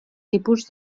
tipus